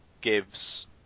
gives